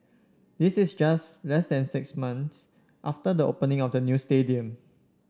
this is just less than six months after the opening of the new stadium